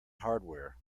hardware